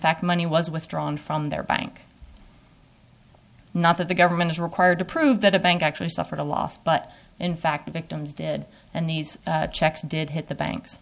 fact money was withdrawn from their bank not that the government is required to prove that a bank actually suffered a loss but in fact the victims did and these checks did hit the bank